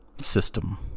system